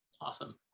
Awesome